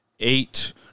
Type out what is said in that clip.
Eight